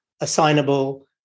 assignable